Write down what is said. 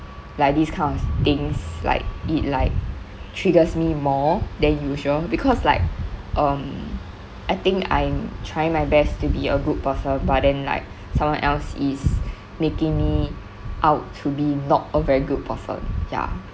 like this kind of things like it like triggers me more than usual because like um I think I'm trying my best to be a good person but then like someone else is making me out to be not a very good person ya